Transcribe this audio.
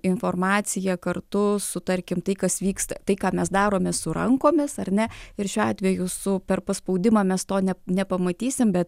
informaciją kartu su tarkim tai kas vyksta tai ką mes darome su rankomis ar ne ir šiuo atveju su per paspaudimą mes to nepamatysim bet